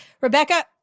Rebecca